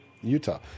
Utah